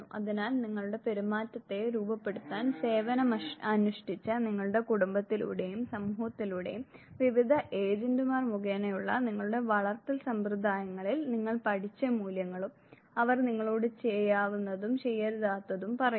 അതിനാൽ നിങ്ങളുടെ പെരുമാറ്റത്തെ രൂപപ്പെടുത്താൻ സേവനമനുഷ്ഠിച്ച നിങ്ങളുടെ കുടുംബത്തിലൂടെയും സമൂഹത്തിലൂടെയും വിവിധ ഏജന്റുമാർ മുഖേനയുമുള്ള നിങ്ങളുടെ വളർത്തൽ സമ്പ്രദായങ്ങളിൽ നിങ്ങൾ പഠിച്ച മൂല്യങ്ങളും അവർ നിങ്ങളോട് ചെയ്യാവുന്നതും ചെയ്യരുതാത്തതും പറയുന്നു